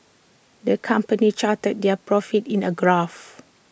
the company charted their profits in A graph